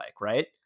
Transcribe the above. right